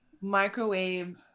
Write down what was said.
microwave